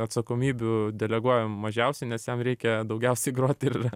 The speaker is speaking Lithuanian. atsakomybių deleguojam mažiausiai nes jam reikia daugiausiai groti ir